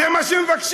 זה מה שמבקשים.